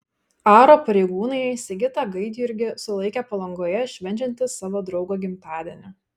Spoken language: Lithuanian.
aro pareigūnai sigitą gaidjurgį sulaikė palangoje švenčiantį savo draugo gimtadienį